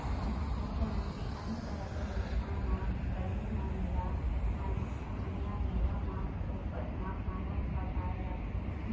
मुख्यमंतरी अन्न सहायता योजना म श्रमिक मन ल मंझनिया बेरा म फोकट म खाना खवाए जाथे